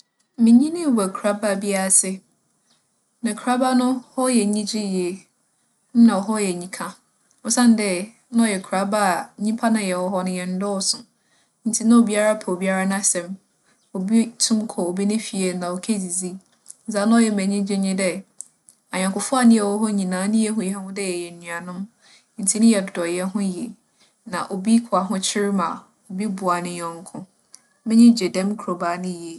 Minyinii wͻ ekurabaa bi ase. Na ekurabaa no, hͻ yɛ enyigye yie. Nna hͻ yɛ enyika osiandɛ nna ͻyɛ ekurabaa a nyimpa a yɛwͻ hͻ no, yɛnndͻͻso. Ntsi na obiara pɛ obiara n'asɛm. Obi tum kͻ obi ne fie na okedzidzi. Dza nna ͻyɛ me enyigye nye dɛ, anyɛnkofo a nna yɛwͻ hͻ nyina nna yehu hɛnho dɛ yɛyɛ enuanom ntsi nna yɛdodͻ hɛnho yie. Na obi kͻ ahokyer mu a, obi boa ne nyɛnko. M'enyi gye dɛm kurobaa no yie.